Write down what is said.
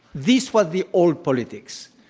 this was the old politics.